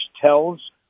tells